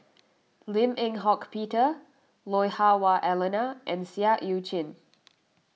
Lim Eng Hock Peter Lui Hah Wah Elena and Seah Eu Chin